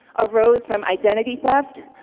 arose from identity theft,